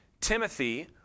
Timothy